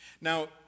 Now